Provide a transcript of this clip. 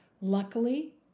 Luckily